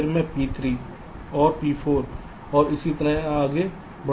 फिर मैं P3 P4 और इसी तरह आगे बढ़ता हूं